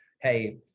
hey